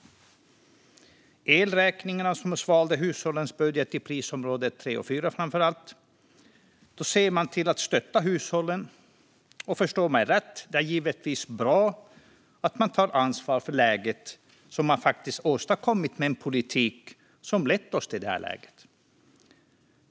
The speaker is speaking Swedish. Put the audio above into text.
När det handlar om elräkningarna som svalde hushållens budget i framför allt prisområde 3 och 4 ser man till att stötta hushållen. Förstå mig rätt: Det är givetvis bra att man tar ansvar för läget som man faktiskt åstadkommit med en politik som lett oss till detta läge.